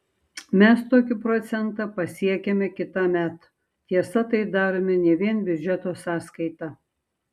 mes tokį procentą pasiekiame kitąmet tiesa tai darome ne vien biudžeto sąskaita